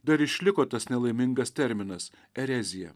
dar išliko tas nelaimingas terminas erezija